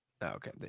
Okay